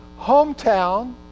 hometown